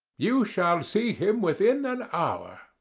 you shall see him within an hour?